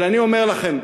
אבל אני אומר לכם,